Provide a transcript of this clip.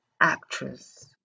actress